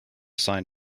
sign